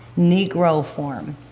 negro form.